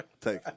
Take